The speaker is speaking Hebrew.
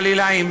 חלילה,